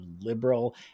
liberal